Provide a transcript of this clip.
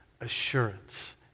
assurance